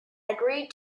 agreed